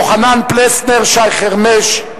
יוחנן פלסנר, שי חרמש,